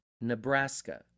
Nebraska